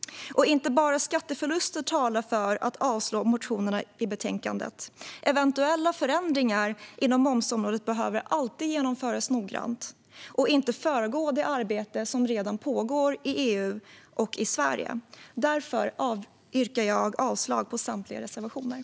Och det är inte bara skatteförluster som talar för att avslå motionerna i betänkandet - eventuella förändringar inom momsområdet behöver alltid genomföras noggrant och ska inte föregå det arbete som redan pågår i EU och i Sverige. Därför yrkar jag avslag på samtliga reservationer.